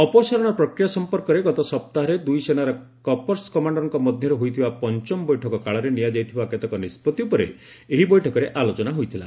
ଅପସାରଣ ପ୍ରକ୍ରିୟା ସମ୍ପର୍କରେ ଗତ ସପ୍ତାହରେ ଦୁଇ ସେନାର କର୍ପ୍ସ କମାଣ୍ଡରଙ୍କ ମଧ୍ୟରେ ହୋଇଥିବା ପଞ୍ଚମ ବୈଠକ କାଳରେ ନିଆଯାଇଥିବା କେତେକ ନିଷ୍ପଭି ଉପରେ ଏହି ବୈଠକରେ ଆଲୋଚନା ହୋଇଥିଲା